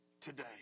today